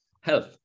health